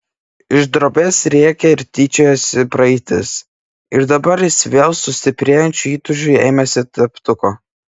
iš drobės rėkė ir tyčiojosi praeitis ir dabar jis vėl su stiprėjančiu įtūžiu ėmėsi teptuko